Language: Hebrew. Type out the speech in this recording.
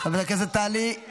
חברת הכנסת טלי.